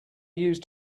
use